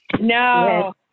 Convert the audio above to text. No